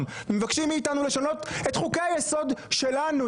מבקשים מאיתנו לשנות את חוקי היסוד שלנו,